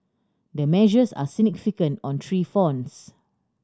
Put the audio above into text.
the measures are significant on three fronts